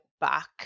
back